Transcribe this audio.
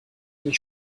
mich